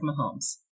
Mahomes